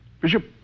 Bishop